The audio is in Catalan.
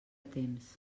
temps